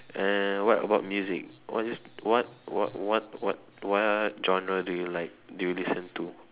uh what about music what just what what what what what genre do you like do you listen to